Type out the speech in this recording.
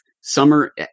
summer